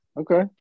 Okay